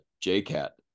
J-Cat